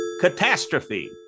Catastrophe